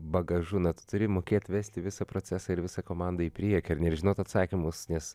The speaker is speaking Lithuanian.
bagažu na tu turi mokėt vesti visą procesą ir visą komandą į priekį ar ne žinot atsakymus nes